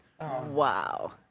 Wow